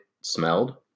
smelled